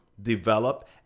develop